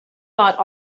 bought